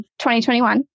2021